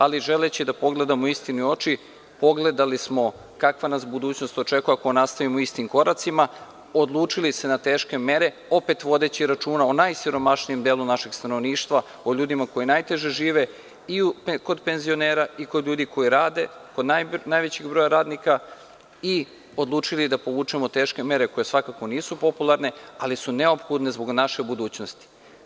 Ali, želeći da pogledamo istini u oči, pogledali smo kakva nas budućnost očekuje ako nastavimo istim koracima, odlučili se na teške mere, opet vodeći računa o najsiromašnijem delu našeg stanovništva, o ljudima koji najteže žive i kod penzionera i kod ljudi koji rade, kod najvećih broja radnika i odlučili da povučemo teške mere koje svakako nisu popularne, ali su neophodne zbog naše budućnosti.